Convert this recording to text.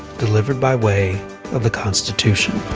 delivered by way of the constitution.